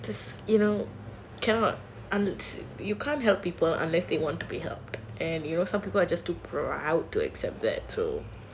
because you know cannot you can't help people unless they want to be helped and you know some people are too proud to accept that